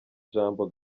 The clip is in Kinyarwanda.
ijambo